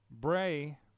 Bray